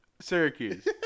Syracuse